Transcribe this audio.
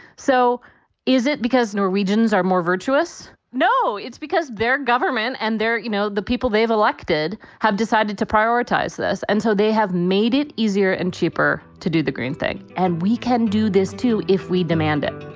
so is it because norwegians are more virtuous? no, it's because their government and their you know, the people they've elected have decided to prioritize this and so they have made it easier and cheaper to do the green thing. and we can do this, too, if we demand it